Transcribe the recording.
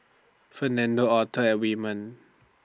Fernando Author and Wyman